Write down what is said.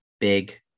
big